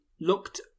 looked